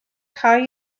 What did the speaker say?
cau